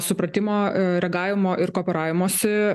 supratimo reagavimo ir kooperavimosi